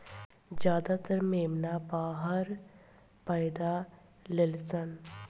ज्यादातर मेमना बाहर पैदा लेलसन